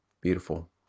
Beautiful